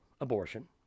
abortion